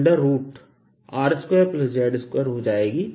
यह दूरी R2z2 हो जाएगी